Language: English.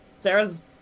Sarah's